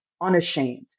unashamed